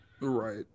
right